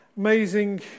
amazing